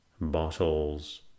bottles